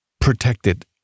protected